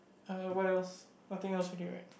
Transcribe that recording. uh what else nothing else already right